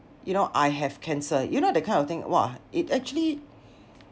you know I have cancer you know that kind of thing !wah! it actually